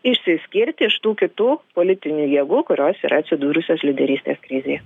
išsiskirti iš tų kitų politinių jėgų kurios yra atsidūrusios lyderystės krizėje